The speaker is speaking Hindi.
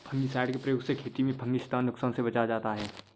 फंगिसाइड के प्रयोग से खेती में फँगसजनित नुकसान से बचा जाता है